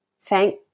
thank